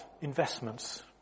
investments